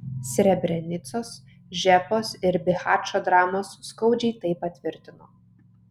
srebrenicos žepos ir bihačo dramos skaudžiai tai patvirtino